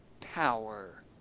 power